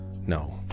no